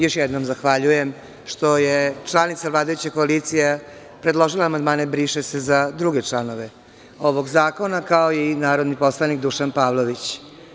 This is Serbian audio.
Još jednom zahvaljujem što je članica vladajuće koalicije predložila amandmane – briše se, za druge članove ovog zakona, kao i narodni poslanik Dušan Pavlović.